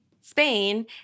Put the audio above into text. Spain